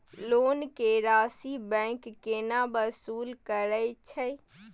Loan के राशि bank केना वसूल करे छै?